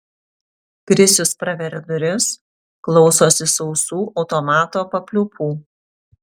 krisius praveria duris klausosi sausų automato papliūpų